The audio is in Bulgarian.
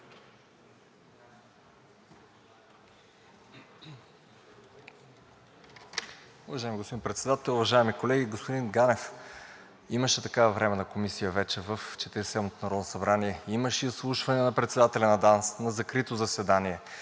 Уважаеми господин Председател, уважаеми колеги, господин Ганев! Имаше такава временна комисия вече – в Четиридесет и седмото народно събрание, имаше изслушване на председателя на ДАНС в закрито заседание.